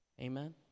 Amen